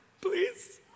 please